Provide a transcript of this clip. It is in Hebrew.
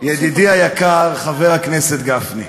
ידידי היקר חבר הכנסת גפני,